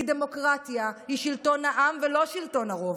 כי דמוקרטיה היא שלטון העם ולא שלטון הרוב.